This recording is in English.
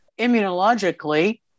immunologically